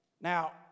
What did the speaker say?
Now